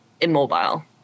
immobile